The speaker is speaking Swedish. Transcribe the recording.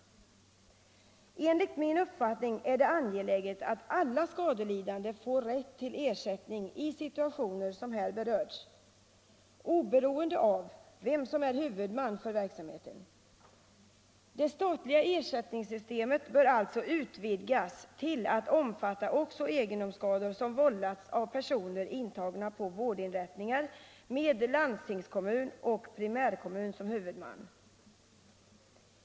Enligt min uppfattning är det angeläget att alla skadelidande får rätt till ersättning i situationer som här berörts, oberoende av vem som är huvudman för verksamheten. Det statliga ersättningssystemet bör alltså utvidgas till att omfatta också egendomsskador som vållats av personer intagna på vårdinrättningar med landstingskommun och primärkommun som huvudman.